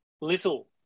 little